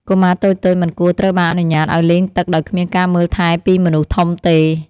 កុមារតូចៗមិនគួរត្រូវបានអនុញ្ញាតឱ្យលេងទឹកដោយគ្មានការមើលថែពីមនុស្សធំទេ។